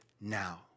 now